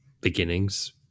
beginnings